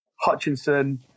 Hutchinson